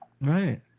Right